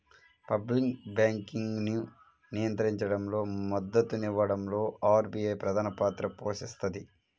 public బ్యాంకింగ్ను నియంత్రించడంలో, మద్దతునివ్వడంలో ఆర్బీఐ ప్రధానపాత్ర పోషిస్తది